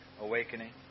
awakening